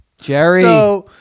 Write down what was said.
Jerry